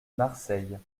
marseille